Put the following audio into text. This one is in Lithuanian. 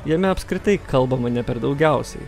jame apskritai kalbama ne per daugiausiai